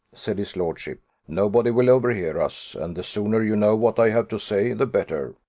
said his lordship nobody will overhear us, and the sooner you know what i have to say the better.